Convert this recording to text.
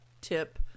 tip